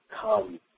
come